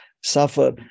suffer